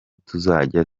tuzajya